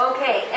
Okay